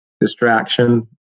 distraction